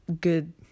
good